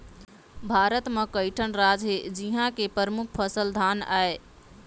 भारत म कइठन राज हे जिंहा के परमुख फसल धान आय